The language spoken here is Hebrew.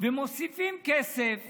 ומוסיפים כסף